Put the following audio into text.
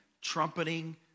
trumpeting